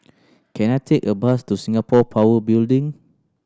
can I take a bus to Singapore Power Building